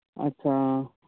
ᱟᱪᱪᱷᱟ